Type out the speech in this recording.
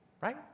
Right